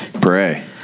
Pray